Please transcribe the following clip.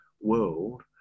world